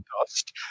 dust